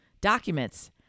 documents